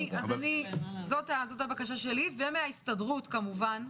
אדוני, זאת הבקשה שלי, ומההסתדרות כמובן.